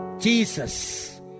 Jesus